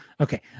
Okay